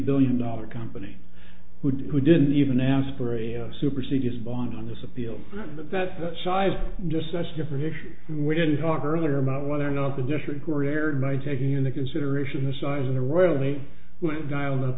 billion dollar company who didn't even ask for a supersedeas bond on this appeal that size just such a different issue we didn't talk earlier about whether or not the district court erred by taking into consideration the size of the rarely went dial up